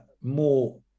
more